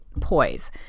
Poise